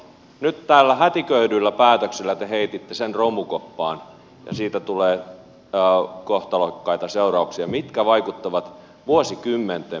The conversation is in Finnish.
nyt tällä hätiköidyillä päätöksellä te heititte sen romukoppaan ja siitä tulee kohtalokkaita seurauksia jotka vaikuttavat vuosikymmenten päähän